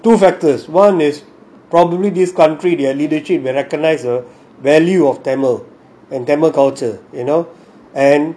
two factors one is probably this country their leadership they recognise thevalue of tamil and tamil culture you know and